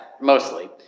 mostly